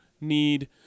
need